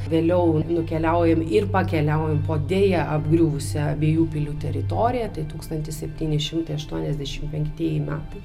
vėliau nukeliaujam ir pakeliaujam po deja apgriuvusią abiejų pilių teritoriją tai tūkstantis septyni šimtai aštuoniasdešimt penktieji metai